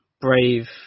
brave